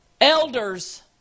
Elders